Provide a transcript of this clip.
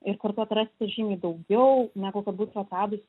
ir kartu atrasti žymiai daugiau negu kad būčiau atradus